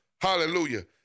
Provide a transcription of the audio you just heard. Hallelujah